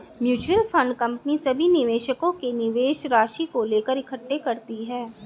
mutual fund company सभी निवेशकों के निवेश राशि को लेकर इकट्ठे करती है